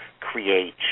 create